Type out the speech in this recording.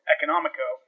Economico